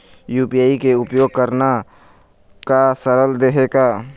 UPI के उपयोग करना का सरल देहें का?